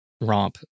romp